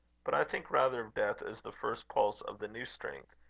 but i think rather of death as the first pulse of the new strength,